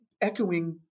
echoing